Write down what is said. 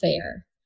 fair